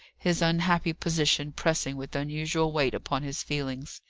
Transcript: his unhappy position pressing with unusual weight upon his feelings.